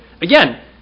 again